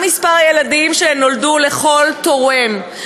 מהו מספר הילדים שנולדו לכל תורם,